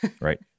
Right